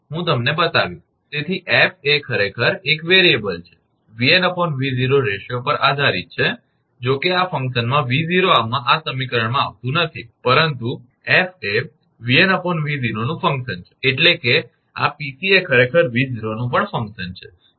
તેથી Fએફ એ ખરેખર એક ચલ છે તે 𝑉𝑛 𝑉0 રેશિયો પર આધારિત છે કે જો કે આ ફંકશનમાં 𝑉0 આમાં આ સમીકરણમાં આવતું નથી પરંતુ 𝐹 એ 𝑉𝑛 𝑉0 નું ફંક્શન છે એટલે કે આ 𝑃𝑐 એ ખરેખર 𝑉0 નું પણ ફંક્શન છે